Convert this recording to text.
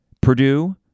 Purdue